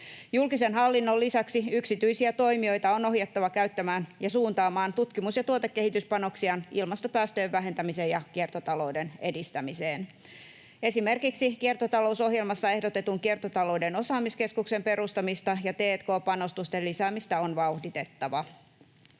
Julkisen hallinnon lisäksi yksityisiä toimijoita on ohjattava käyttämään ja suuntaamaan tutkimus‑ ja tuotekehityspanoksiaan ilmastopäästöjen vähentämiseen ja kiertotalouden edistämiseen. Esimerkiksi kiertotalousohjelmassa ehdotetun kiertotalouden osaamiskeskuksen perustamista ja t&k-panostusten lisäämistä on vauhditettava.